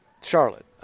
Charlotte